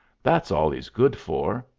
that's all he's good for.